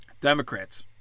Democrats